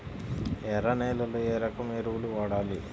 ఎర్ర నేలలో ఏ రకం ఎరువులు వాడాలి?